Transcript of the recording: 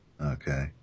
Okay